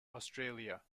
australia